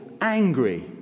angry